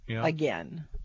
again